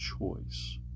choice